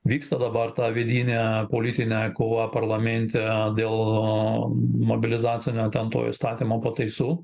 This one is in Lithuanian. vyksta dabar ta vidinė politinė kova parlamente dėl a mobilizacinę ten to įstatymo pataisų